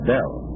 Bell